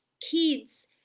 kids